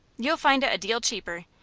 you'll find it a deal cheaper,